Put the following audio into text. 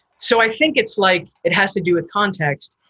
so i think it's like it has to do with context.